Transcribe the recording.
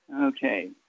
Okay